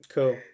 Cool